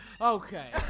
Okay